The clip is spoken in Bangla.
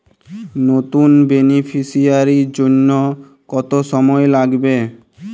নতুন বেনিফিসিয়ারি জন্য কত সময় লাগবে?